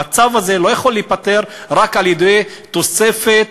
המצב הזה לא יכול להיפתר רק על-ידי תוספת